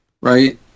right